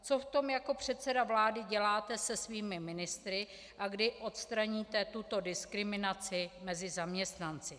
Co v tom jako předseda vlády děláte se svými ministry a kdy odstraníte tuto diskriminaci mezi zaměstnanci?